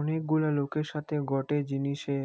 অনেক গুলা লোকের সাথে গটে জিনিসে